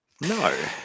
No